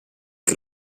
che